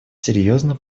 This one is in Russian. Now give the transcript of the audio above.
серьезно